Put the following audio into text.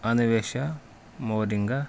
اَنویشاہ مودِنٛگا